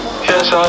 Yes